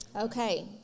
Okay